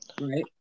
Right